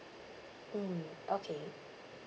mm okay